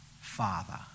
Father